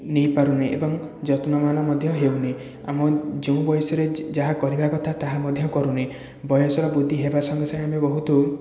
ନେଇପାରୁନେ ଏବଂ ଯତ୍ନବାନ ମଧ୍ୟ ହେଉନେ ଆମ ଯେଉଁ ବୟସରେ ଯାହା କରିବା କଥା ତାହା ମଧ୍ୟ କରୁନେ ବୟସର ବୃଦ୍ଧି ହେବା ସଙ୍ଗେ ସଙ୍ଗେ ବି ବହୁତ